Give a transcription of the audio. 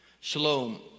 shalom